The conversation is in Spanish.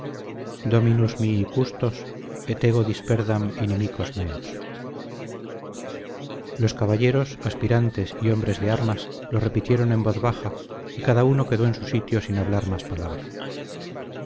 dominus mihi custos et ego disperdam inimicos meos los caballeros aspirantes y hombres de armas lo repitieron en voz baja y cada uno quedó en su sitio sin hablar más palabra